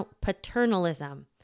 paternalism